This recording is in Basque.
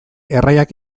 erraiak